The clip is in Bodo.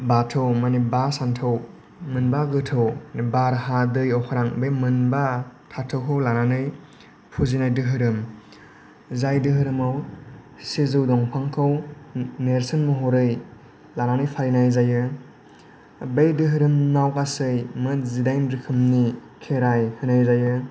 बाथौ माने बा सानथौ मोनबा गोथौ बार दै हा अख्रां बे मोनबा सानथौखौ लानानै फुजिनाय धोरोम जाय धोरोमाव सिजौ दंफांखौ नेरसोन महरै लानानै फालिनाय जायो बे धोरोमाव गासै मोन जिदाइन रोखोमनि खेराइ होनाय जायो